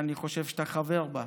שאני חושב שאתה חבר בה.